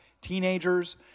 teenagers